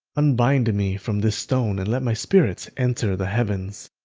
unbind me from this stone and let my spirit enter the heavens.